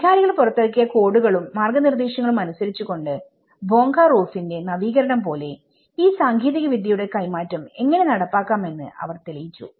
അധികാരികൾ പുറത്തിറക്കിയ കോഡുകളും മാർഗനിർദ്ദേശങ്ങളും അനുസരിച്ചുകൊണ്ട് ബോങ്ക റൂഫിന്റെ നവീകരണം പോലെ ഈ സാങ്കേതികവിദ്യ യുടെ കൈമാറ്റം എങ്ങനെ നടപ്പാക്കാമെന്ന് അവർ തെളിയിച്ചു